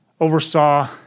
oversaw